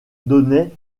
donnait